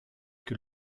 que